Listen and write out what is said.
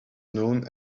none